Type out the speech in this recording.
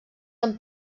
amb